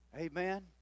Amen